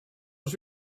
was